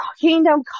kingdom